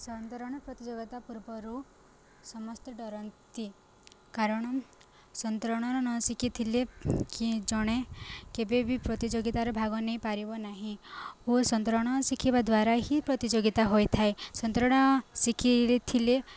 ସନ୍ତରଣ ପ୍ରତିଯୋଗିତା ପୂର୍ବରୁ ସମସ୍ତେ ଡରନ୍ତି କାରଣ ସନ୍ତରଣର ନ ଶିଖିଥିଲେ କି ଜଣେ କେବେ ବି ପ୍ରତିଯୋଗିତାରେ ଭାଗ ନେଇପାରିବ ନାହିଁ ଓ ସନ୍ତରଣ ଶିଖିବା ଦ୍ୱାରା ହିଁ ପ୍ରତିଯୋଗିତା ହୋଇଥାଏ ସନ୍ତରଣ ଶିଖି ଥିଲେ